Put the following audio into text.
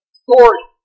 story